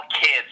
kids